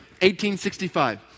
1865